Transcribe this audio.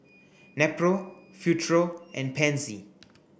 Nepro Futuro and Pansy